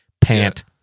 pant